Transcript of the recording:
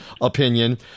opinion